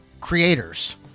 creators